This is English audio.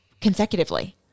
consecutively